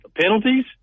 penalties